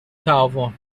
تعاون